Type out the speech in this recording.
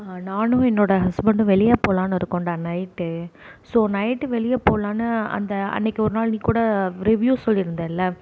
நானும் என்னோட ஹஸ்பண்டும் வெளியே போலாம்னு இருக்கோன்டா நைட் ஸோ நைட் வெளியே போலான்னு அந்த அன்னைக்கி ஒரு நாள் நீ கூட ரிவியூ சொல்லிருந்தல்ல